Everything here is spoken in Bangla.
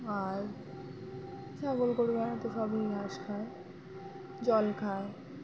আর ছাগল গরুরা তো সবই ঘাস খায় জল খায়